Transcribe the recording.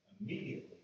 immediately